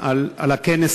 בדיוק.